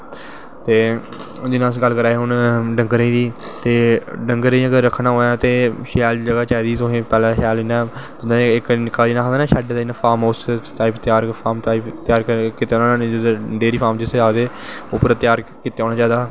ते इयां गै गल्ल करा दे हे अस डंगरें दी ते डंगरें गी तुसैं रक्खनां होऐ ते सैल जगाह् चारी इयां निक्का हारा होंदा ना शैड ते फार्म हाउस टाइप त्यार कीता दा डेरी फार्म जिसी आखदे ओह् पूरा त्यार कीता दा होनां चाही दा